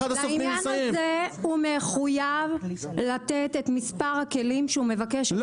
לעניין הזה הוא מחויב לתת את מספר הכלים שהוא מבקש.